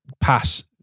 pass